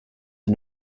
den